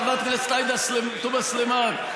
חברת הכנסת עאידה תומא סלימאן,